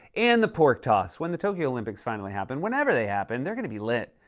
and the pork toss. when the tokyo olympics finally happen, whenever they happen, they're gonna be lit.